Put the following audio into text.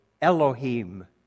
Elohim